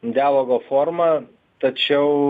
dialogo forma tačiau